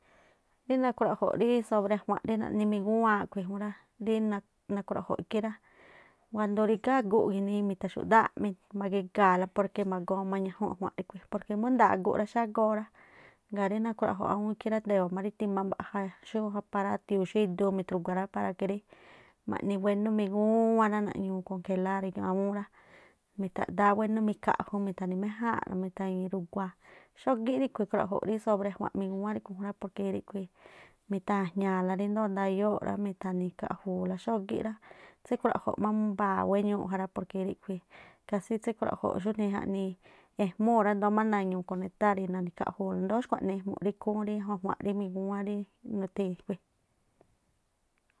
Rí nakruaꞌjo̱ꞌ sobre rí a̱jua̱nꞌ na̱ni migúwaan a̱ꞌkhui̱ ja rá, rí nakhruaꞌjo̱ ikhí rá, kuando rígá aguꞌ ginii mitha̱xu̱dááꞌ mi- magiga̱a̱la- porque magoo mañajunꞌ ajua̱nꞌ ríꞌkhui̱ porque mú nda̱a̱ aguꞌ rá xágoo rá. Ngaa̱ rí nakhruaꞌjo̱ꞌ awúún ikhi rá, ndayo̱o̱ má ri tima mbaꞌja xúrí aparátiuu̱ xú iduu mitru̱gua̱ rá, para que rí ma̱ꞌni wénú migúwán rá, naꞌñuu kongelár awúún rá, mithraꞌdáá wénú mikhaꞌju, mi̱tha̱ni̱ méjáa̱nꞌla mithañi rugua xógí riꞌkhui̱ ikhruaꞌjo̱ꞌ rí sobre a̱jua̱nꞌ migúwán ríꞌkhui̱ jún porque ríꞌkhui̱. Mi̱tha̱jña̱a̱-la ríndoo̱ ndayoo̱ꞌ rá, mi̱tha̱ni̱ khaꞌju̱u̱la xógíꞌ rá, tsíkhruaꞌjo̱ꞌ má mbaa̱ wéñuu ja rá porque kasí tsíkhruaꞌjo̱ꞌ xú ꞌjaꞌnii ejmúu̱ rá, ndoo̱ má na̱ñuu konektár, na̱ni̱ khaꞌju̱u̱la ndoo̱ xkuaꞌnii ju̱mu̱ꞌ rí ikhúún rí a̱jua̱nꞌ rí migúwán rí.